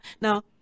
Now